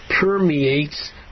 permeates